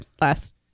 last